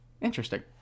interesting